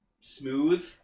smooth